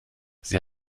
sie